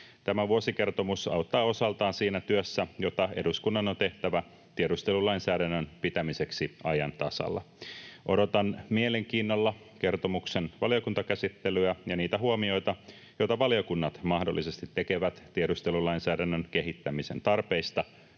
Tämä vuosikertomus auttaa osaltaan siinä työssä, jota eduskunnan on tehtävä tiedustelulainsäädännön pitämiseksi ajan tasalla. Odotan mielenkiinnolla kertomuksen valiokuntakäsittelyä ja niitä huomioita, joita valiokunnat mahdollisesti tekevät tiedustelulainsäädännön kehittämisen tarpeista